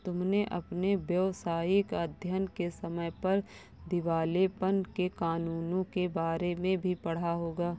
तुमने अपने व्यावसायिक अध्ययन के समय पर दिवालेपन के कानूनों के बारे में भी पढ़ा होगा